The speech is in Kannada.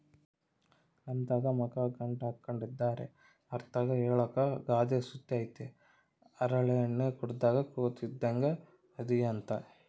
ನಮ್ತಾಕ ಮಕ ಗಂಟಾಕ್ಕೆಂಡಿದ್ರ ಅಂತರ್ಗೆ ಹೇಳಾಕ ಗಾದೆ ಸುತ ಐತೆ ಹರಳೆಣ್ಣೆ ಕುಡುದ್ ಕೋತಿ ಇದ್ದಂಗ್ ಅದಿಯಂತ